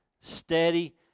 Steady